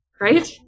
right